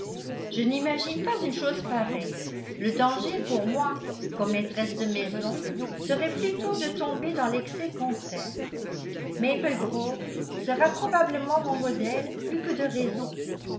je n'imagine pas une chose pareille le danger pour moi comme maîtresse de maison serait plutôt de tomber dans l'excès contraire maple grove sera probablement mon modèle plus que de raison